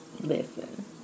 listen